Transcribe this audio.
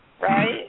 Right